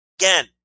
Again